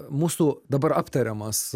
mūsų dabar aptariamas